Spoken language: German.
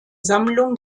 sammlung